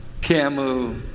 Camus